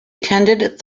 attended